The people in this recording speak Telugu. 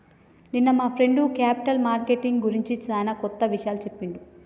నిన్న మా ఫ్రెండు క్యేపిటల్ మార్కెట్ గురించి చానా కొత్త ఇషయాలు చెప్పిండు